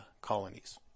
colonies